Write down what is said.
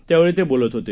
त्यावेळी ते बोलत होते